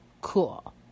cool